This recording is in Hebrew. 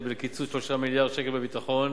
לקיצוץ 3 מיליארד שקל בביטחון